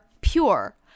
pure